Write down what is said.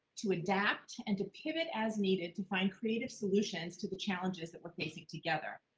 to adapt and to pivot as needed to find creative solutions to the challenges that we're facing together.